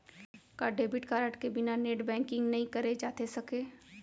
का debit card के बिना नेट बैंकिंग नई करे जाथे सके?